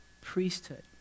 priesthood